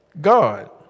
God